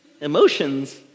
Emotions